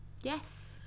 Yes